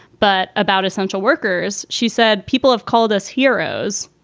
but about essential workers, she said. people have called us heroes.